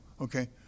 Okay